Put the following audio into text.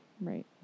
Right